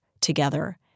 together